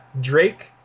Drake